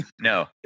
No